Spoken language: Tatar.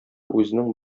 үзенең